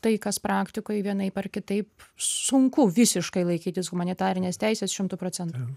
tai kas praktikoj vienaip ar kitaip sunku visiškai laikytis humanitarinės teisės šimtu procentų